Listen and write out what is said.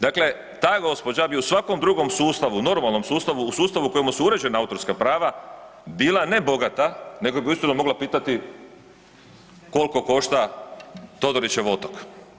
Dakle, ta gospođa bi u svakom drugom sustavu normalnom sustavu, u sustavu u kojemu su uređena autorska prava bila ne bogata nego bi uistinu mogla pitati koliko košta Todorićev otok.